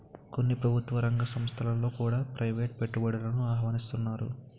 కొన్ని ప్రభుత్వ రంగ సంస్థలలో కూడా ప్రైవేటు పెట్టుబడులను ఆహ్వానిస్తన్నారు